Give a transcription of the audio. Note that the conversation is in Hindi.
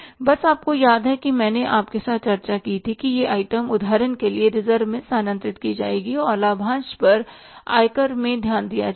बस आपको याद है मैंने आपके साथ चर्चा की थी कि ये आइटम उदाहरण के लिए रिजर्व में स्थानांतरित की जाएगी और लाभांश पर आयकर में ध्यान दिया जाएगा